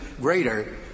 greater